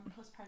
postpartum